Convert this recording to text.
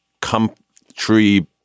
country